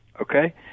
okay